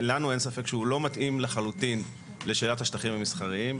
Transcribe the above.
לנו אין ספק שהוא לא מתאים לחלוטין לשאלת השטחים המסחריים,